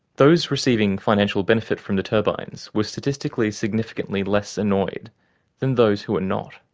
those receiving financial benefit from the turbines were statistically significantly less annoyed than those who were not.